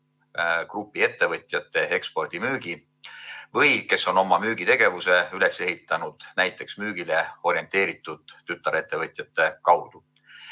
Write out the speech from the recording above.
grupi ettevõtjate ekspordimüügi või kes on oma müügitegevuse üles ehitanud näiteks müügile orienteeritud tütarettevõtjate kaudu.